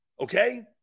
okay